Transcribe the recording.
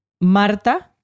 Marta